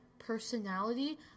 personality